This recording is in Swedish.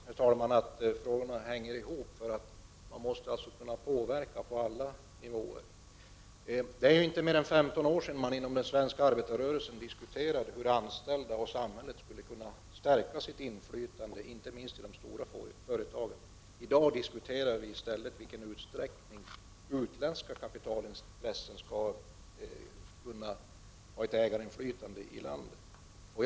Herr talman! Jag tycker att frågorna hänger ihop. Man måste kunna påverka på alla nivåer. Det är inte mer än 15 år sedan man inom den svenska arbetarrörelsen diskuterade hur anställda och samhället skulle kunna stärka sitt inflytande, inte minst i de stora företagen. I dag diskuterar vi i stället i vilken utsträckning utländska kapitalintressen skall kunna ha ägarinflytande i landets företag.